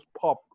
pop